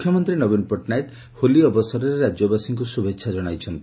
ମୁଖ୍ୟମନ୍ତୀ ନବୀନ ପଟ୍ଟନାୟକ ହୋଲି ଅବସରରେ ରାଜ୍ୟବାସୀଙ୍କୁ ଶ୍ରଭେଛା ଜଣାଇଛନ୍ତି